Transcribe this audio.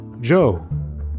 Joe